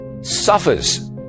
suffers